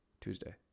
Tuesday